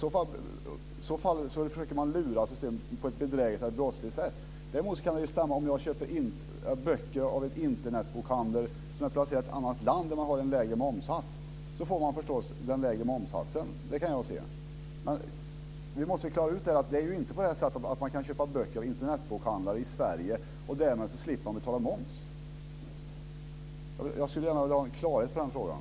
I så fall försöker man att lura systemet på ett brottsligt sätt. Däremot kan det stämma att om jag köper böcker av en Internetbokhandel som är placerad i ett annat land med en lägre momssats får man den lägre momssatsen. Vi måste klara ut detta: Det är inte så att det går att köpa böcker i Internetbokhandlar i Sverige och därmed slippa betala moms. Jag skulle gärna vilja få klarhet i den frågan.